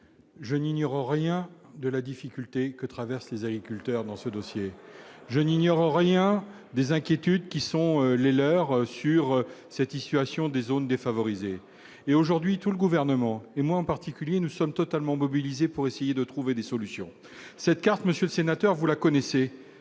je n'ignore rien de la difficulté que traversent les agriculteurs dans ce dossier, je n'ignore rien des inquiétudes qui sont les leurs sur satisfaction des zones défavorisées et aujourd'hui tout le gouvernement et moi en particulier, nous sommes totalement mobilisé pour essayer de trouver des solutions, cette carte, monsieur le sénateur, vous la connaissez,